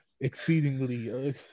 exceedingly